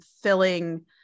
filling